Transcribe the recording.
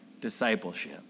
discipleship